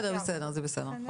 זה בסדר.